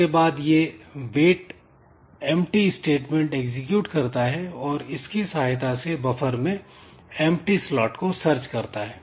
इसके बाद यह वेट एंप्टी स्टेटमेंट एग्जीक्यूट करता है और इसकी सहायता से बफर में एंप्टी स्लॉट को सर्च करता है